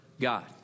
God